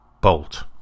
Bolt